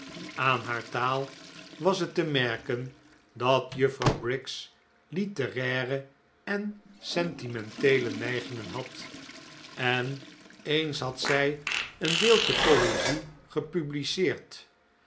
aan haar taal was het te merken dat juffrouw briggs litteraire en sentimenteele neigingen had en eens had zij een deeltje poezie gepubliceerd